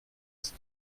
ist